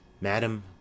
madam